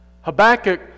Habakkuk